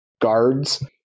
guards